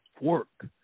work